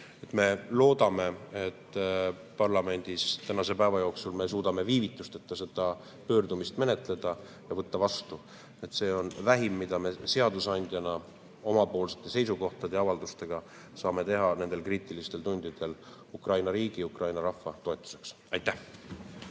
Me loodame, et suudame parlamendis tänase päeva jooksul viivitusteta seda pöördumist menetleda ja võtta selle vastu. See on vähim, mida me seadusandjana oma seisukohtade ja avaldustega saame teha nendel kriitilistel tundidel Ukraina riigi ja Ukraina rahva toetuseks. Aitäh!